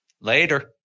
Later